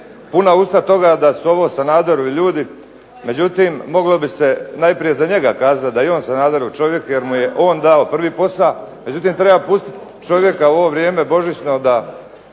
puna usta toga da su ovo Sanaderovi ljudi, međutim moglo bi se najprije za njega kazati da je i on Sanaderov čovjek, jer mu je on dao prvi posa, međutim treba pustiti čovjeka u ovo vrijeme božićno da